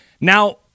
Now